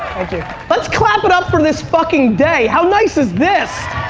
thank you. let's clap it up for this fucking day. how nice is this?